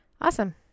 Awesome